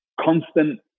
constant